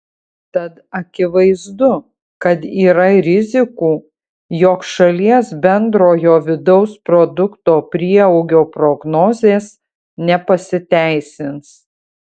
tad akivaizdu kad yra rizikų jog šalies bendrojo vidaus produkto prieaugio prognozės nepasiteisins